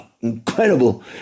incredible